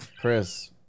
Chris